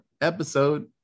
episode